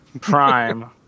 Prime